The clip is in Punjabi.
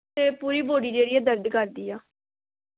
ਅਤੇ ਪੂਰੀ ਬੋਡੀ ਜਿਹੜੀ ਹੈ ਦਰਦ ਕਰਦੀ ਆ